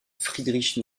friedrich